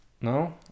No